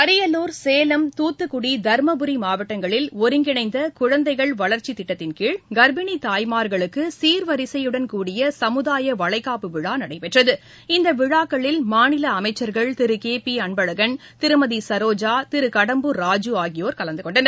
அரியலூர் சேலம் தூத்துக்குடி தர்மபுரி மாவட்டங்களில் ஒருங்கிணைந்த குழந்தைகள் வளர்ச்சித் திட்டத்தின்கீழ் கர்ப்பிணி தாய்மார்களுக்கு சீர்வரிசையுடன் கூடிய சமுதாய வளைகாப்பு விழா நடைபெற்றது இந்த விழாக்களில் மாநில அமைச்சர்கள் திரு கே பி அன்பழகன் திருமதி சரோஜா திரு கடம்பூர் ராஜூ ஆகியோர் கலந்து கொண்டனர்